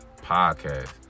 Podcast